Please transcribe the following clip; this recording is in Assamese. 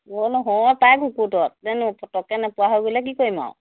অ' নহয় পায় জানো পটকে নপোৱা হৈ গ'লে কি কৰিম আৰু